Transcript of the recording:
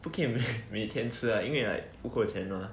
不可以 每天吃 lah 因为 like 不够钱嘛